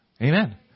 Amen